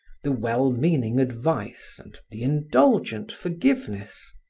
the well-meaning advice and the indulgent forgiveness.